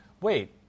wait